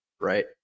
right